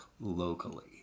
locally